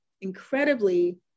incredibly